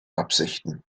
absichten